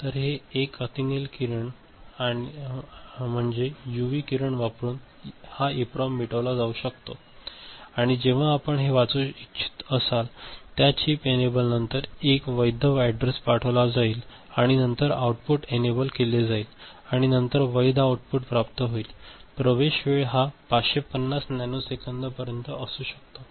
तर हे एक अतिनील किरण आहे म्हणजे यूव्ही किरण वापरुन हा ईप्रोम मिटविला जाऊ शकतो आणि जेव्हा आपण ते वाचू इच्छित असाल त्या चिप एनेबल नंतर एक वैध ऍडरेस पाठवला जाईल आणि नंतर आउटपुट एनेबल केले जाईल आणि नंतर वैध आउटपुट प्राप्त होईल प्रवेश वेळ हा 550 नॅनोसेकंद पर्यंत असू शकतो